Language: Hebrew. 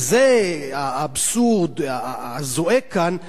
וזה האבסורד הזועק כאן,